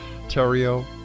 Ontario